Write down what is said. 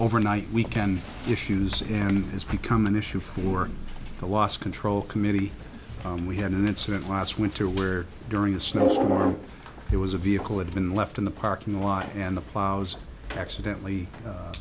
overnight we can issues and has become an issue for the lost control committee and we had an incident last winter where during a snowstorm there was a vehicle had been left in the parking lot and the plows accidently